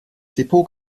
depot